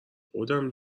خودم